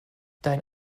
dein